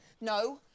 No